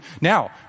now